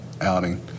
outing